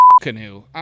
canoe